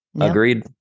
Agreed